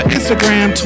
Instagram